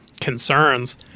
concerns